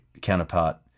counterpart